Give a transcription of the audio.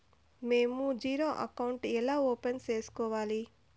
మేము zero account ఎలా open సేసుకోవాలి